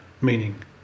meaning